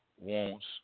wants